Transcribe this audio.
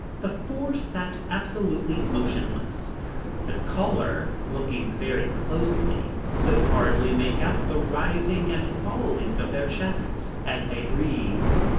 the four sat absolutely motionless the caller, looking very closely, could hardly make out the rising and falling of their chests as they breathed.